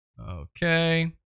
Okay